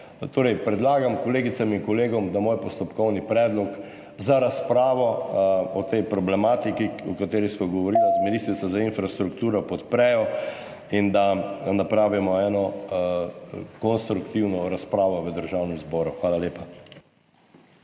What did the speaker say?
tema. Predlagam kolegicam in kolegom, da moj postopkovni predlog za razpravo o tej problematiki, o kateri sva govorila z ministrico za infrastrukturo, podprejo in da napravimo eno konstruktivno razpravo v Državnem zboru. Hvala lepa.